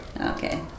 Okay